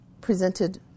Presented